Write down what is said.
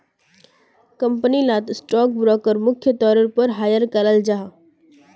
company लात stock broker मुख्य तौरेर पोर हायर कराल जाहा